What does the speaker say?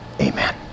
Amen